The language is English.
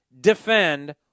defend